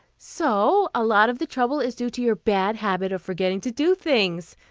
so a lot of the trouble is due to your bad habit of forgetting to do things,